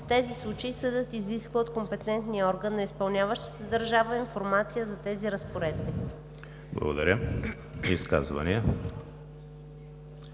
в тези случаи съдът изисква от компетентния орган на изпълняващата държава информация за тези разпоредби.“ ПРЕДСЕДАТЕЛ